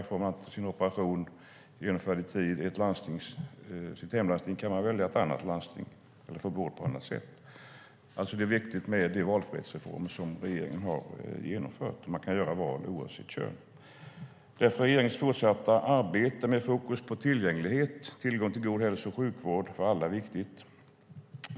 Om man inte kan få sin operation genomförd i tid i sitt hemlandsting kan man välja ett annat landsting eller få vård på annat sätt. Det är alltså viktigt med de valfrihetsreformer som regeringen har genomfört, och man kan göra val oavsett kön. Därför är regeringens fortsatta arbete med fokus på tillgänglighet och tillgång till en god hälso och sjukvård för alla viktigt.